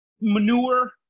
manure